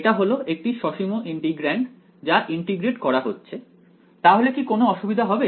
এটা হল একটি সসীম ইন্টিগ্রান্ড যা ইন্টিগ্রেট করা হচ্ছে তাহলে কি কোনও অসুবিধা হবে